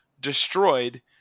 destroyed